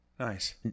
Nice